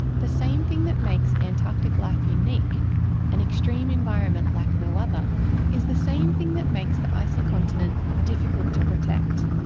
the same thing that makes antarctic life unique an extreme environment like no other is the same thing that makes the icy continent difficult to protect.